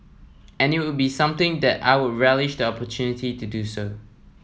and it would be something that I would relish the opportunity to do so